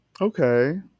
okay